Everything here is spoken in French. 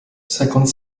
cinquante